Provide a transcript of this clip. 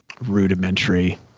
rudimentary